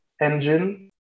engine